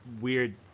weird